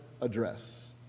address